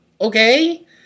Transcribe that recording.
Okay